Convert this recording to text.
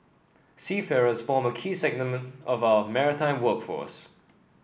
seafarers form a key segment of our maritime workforce